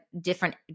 different